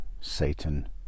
Satan